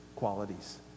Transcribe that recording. qualities